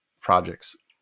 projects